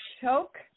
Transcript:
choke